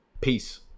Peace